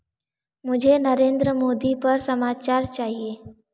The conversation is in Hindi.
मुझे नरेंद्र मोदी पर समाचार चाहिए